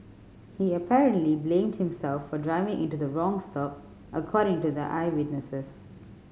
he apparently blamed himself for driving into the wrong stop according to the eyewitnesses